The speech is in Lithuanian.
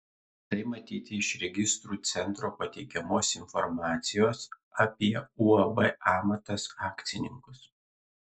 tai matyti iš registrų centro pateikiamos informacijos apie uab amatas akcininkus